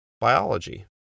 biology